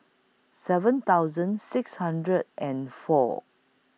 seven thousand six hundred and four